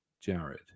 jared